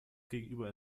gegenüber